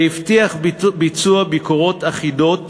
והבטיח ביצוע ביקורות אחידות